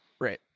Right